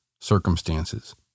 circumstances